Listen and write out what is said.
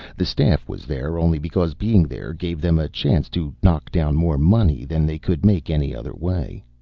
the staff was there only because being there gave them a chance to knock down more money than they could make any other way.